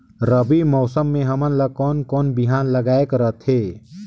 रबी मौसम मे हमन ला कोन कोन बिहान लगायेक रथे?